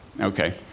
Okay